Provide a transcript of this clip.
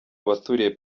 abaturiye